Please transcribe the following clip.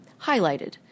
highlighted